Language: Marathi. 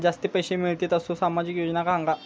जास्ती पैशे मिळतील असो सामाजिक योजना सांगा?